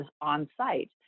on-site